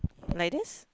like this